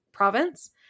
province